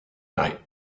night